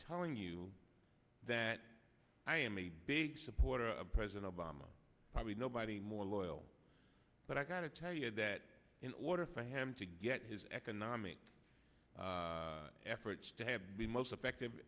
telling you that i am a big supporter of president obama probably nobody more loyal but i got to tell you that in order for him to get his economic efforts to have be most effective